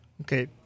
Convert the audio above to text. okay